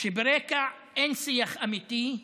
כשברקע אין שיח אמיתי,